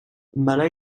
mala